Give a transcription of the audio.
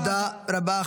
תודה רבה.